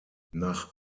nach